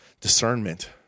discernment